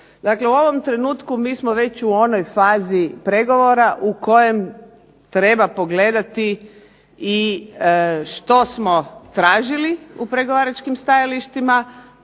Dakle, u ovom trenutku mi smo već u onoj fazi pregovora u kojem treba pogledati i što smo tražili u pregovaračkim stajalištima